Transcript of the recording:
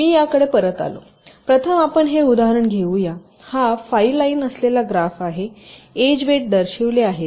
मी याकडे परत आलो प्रथम आपण हे उदाहरण घेऊया हा 5 लाईन असलेला ग्राफ आहे एज वेट दर्शविले आहे